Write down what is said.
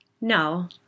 No